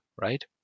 right